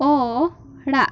ᱚᱲᱟᱜ